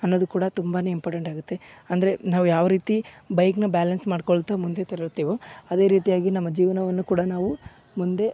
ಅನ್ನೋದು ಕೂಡ ತುಂಬಾನೇ ಇಂಪಾರ್ಟೆಂಟಾಗುತ್ತೆ ಅಂದರೆ ನಾವು ಯಾವ ರೀತಿ ಬೈಕ್ನ ಬ್ಯಾಲೆನ್ಸ್ ಮಾಡ್ಕೊಳ್ತಾ ಮುಂದೆ ತರುತ್ತೆವೋ ಅದೇ ರೀತಿಯಾಗಿ ನಮ್ಮ ಜೀವನವನ್ನು ಕೂಡ ನಾವು ಮುಂದೆ